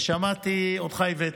ושמעתי אותך, איווט,